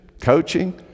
coaching